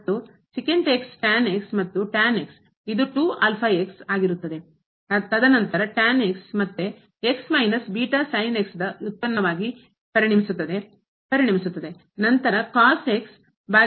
ಆದ್ದರಿಂದ ಅದು ಆಲ್ಫಾ ಮತ್ತು ಮತ್ತು ಇದು ತದನಂತರ ಮತ್ತೆ ಉತ್ಪನ್ನವಾಗಿ ಪರಿಣಮಿಸುತ್ತದೆ ಪರಿಣಮಿಸುತ್ತದೆ